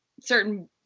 certain